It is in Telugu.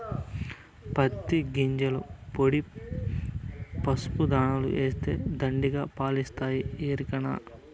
పత్తి గింజల పొడి పసుపు దాణాల ఏస్తే దండిగా పాలిస్తాయి ఎరికనా